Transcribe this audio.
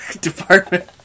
Department